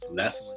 less